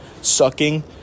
sucking